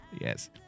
Yes